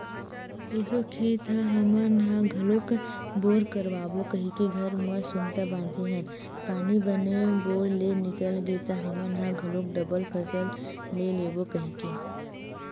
एसो खेत म हमन ह घलोक बोर करवाबो कहिके घर म सुनता बांधे हन पानी बने बोर ले निकल गे त हमन ह घलोक डबल फसल ले लेबो कहिके